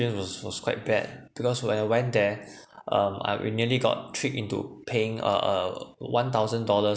was was quite bad because when I went there um uh we nearly got tricked into paying uh uh one thousand dollars